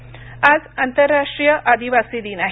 आदिवासी दिन आज आंतरराष्ट्रीय आदिवासी दिन आहे